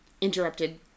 interrupted